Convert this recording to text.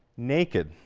naked.